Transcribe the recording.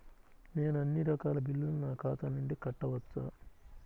నేను అన్నీ రకాల బిల్లులను నా ఖాతా నుండి కట్టవచ్చా?